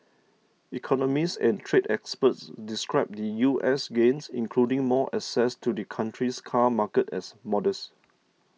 economists and trade experts described the U S's gains including more access to the country's car market as modest